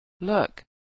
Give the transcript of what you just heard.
Look